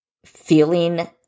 feeling